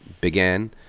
began